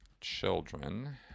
children